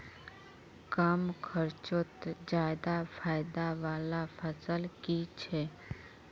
कम खर्चोत ज्यादा फायदा वाला फसल की छे?